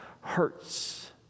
hurts